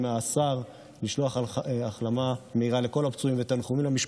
בממשלה שלנו אחרי שומר חומות הגרף של בקשות לחלוקת נשק